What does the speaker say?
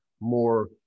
more